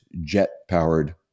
jet-powered